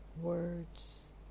words